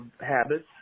habits